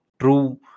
true